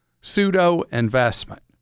pseudo-investment